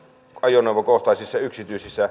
ajoneuvokohtaisissa